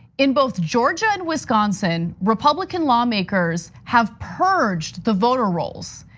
in both georgia and wisconsin, republican lawmakers have purged the voter rolls.